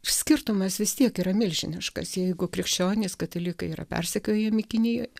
skirtumas vis tiek yra milžiniškas jeigu krikščionys katalikai yra persekiojami kinijoj